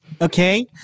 Okay